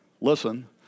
Listen